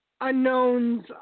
unknowns